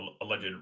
alleged